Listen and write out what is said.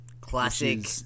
Classic